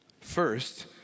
First